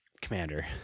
Commander